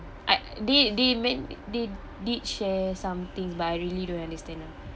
I did did men~ did did share something but I really don't understand uh